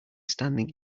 standing